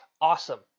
awesome